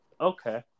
okay